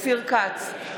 אופיר כץ,